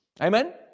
Amen